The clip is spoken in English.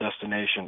destination